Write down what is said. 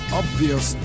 obvious